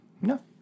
No